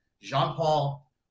Jean-Paul